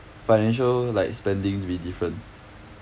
financial like spendings with different